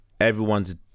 everyone's